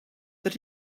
that